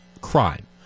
crime